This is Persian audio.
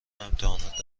امتحانات